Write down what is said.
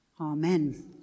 Amen